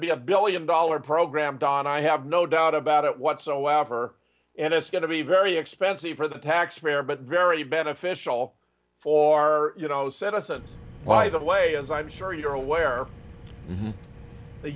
be a billion dollar program don i have no doubt about it whatsoever and it's going to be very expensive for the taxpayer but very beneficial for our you know citizens by the way as i'm sure you're aware